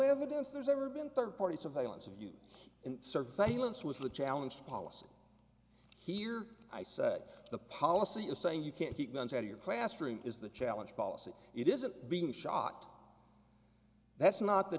evidence there's ever been third party surveillance of you in surveillance with a challenge policy here i say the policy is saying you can't keep guns out of your classroom is the challenge policy it isn't being shot that's not the